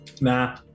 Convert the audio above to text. Nah